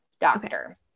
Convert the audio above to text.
doctor